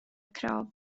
krav